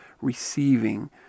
receiving